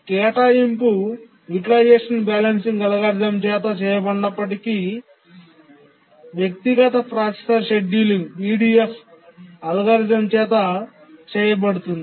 కేటాయింపు utilization balancing algorithm చేత చేయబడినప్పటికీ వ్యక్తిగత ప్రాసెసర్ షెడ్యూలింగ్ EDF అల్గోరిథం చేత చేయబడుతుంది